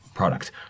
product